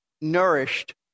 nourished